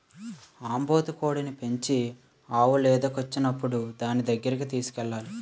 ఆంబోతు కోడిని పెంచి ఆవు లేదకొచ్చినప్పుడు దానిదగ్గరకి తోలుకెళ్లాలి